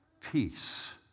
peace